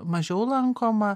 mažiau lankoma